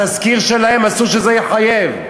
התסקיר שלהן, אסור שיחייב.